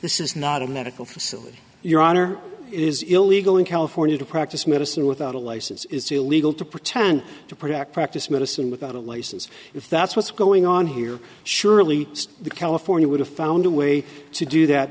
is not a medical facility your honor it is illegal in california to practice medicine without a license is illegal to pretend to protect practice medicine without a license if that's what's going on here surely california would have found a way to do that